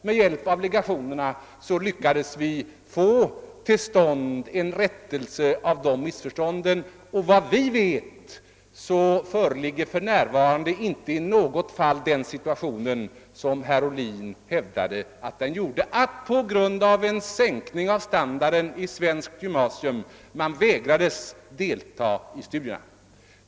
Med hjälp av legationerna lyckades vi få till stånd en rättelse av missförståndet, och såvitt vi vet föreligger för närvarande inte i något fall den situation som herr Ohlin hävdade skulle vara för handen, att man på grund av en sänkning av standarden i svenskt gymnasium vägrades delta i studierna.